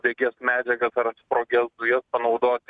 degias medžiagas ar sprogias dujas panaudoti